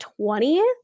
20th